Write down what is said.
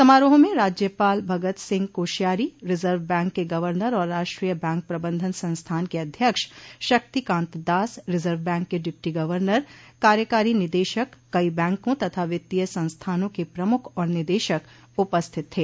समारोह में राज्यपाल भगत सिंह कोश्यारी रिजर्व बैंक के गर्वनर और राष्ट्रीय बैंक प्रबंधन संस्थान के अध्यक्ष शक्तिकांत दास रिजर्व बैंक के डिप्टी गर्वनर कार्यकारी निदेशक कई बैंकों तथा वित्तीय संस्थानों के प्रमुख और निदेशक उपस्थित थे